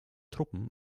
truppen